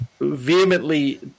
vehemently